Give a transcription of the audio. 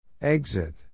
Exit